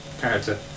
character